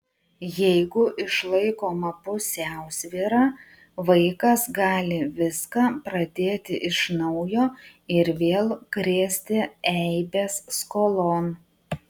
jeigu išlaikoma pusiausvyra vaikas gali viską pradėti iš naujo ir vėl krėsti eibes skolon